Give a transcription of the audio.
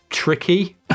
Tricky